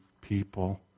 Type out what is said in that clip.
people